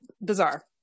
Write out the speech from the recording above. Bizarre